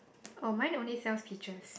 oh mine only sells peaches